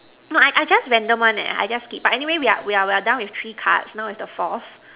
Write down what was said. no I I I just random one leh I just skip but anyway we are done with three cards now is the fourth